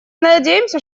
надеемся